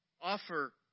offer